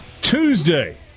Tuesday